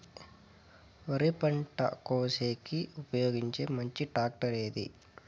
వరి పంట కోసేకి ఉపయోగించే మంచి టాక్టర్ ఏది?